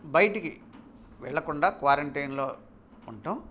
బయటకి వెళ్ళకుండా క్వారంటైన్లో ఉంటడం